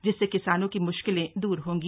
जिससे किसानों की मुश्किलें द्रर होंगी